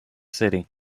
city